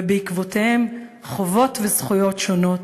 ובעקבותיהן חובות וזכויות שונות,